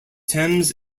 thames